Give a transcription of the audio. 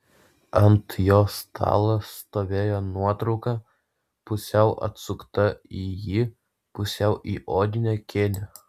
ant jo stalo stovėjo nuotrauka pusiau atsukta į jį pusiau į odinę kėdę